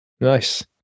nice